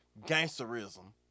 gangsterism